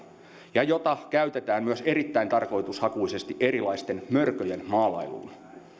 ja jota käytetään myös erittäin tarkoitushakuisesti erilaisten mörköjen maalailuun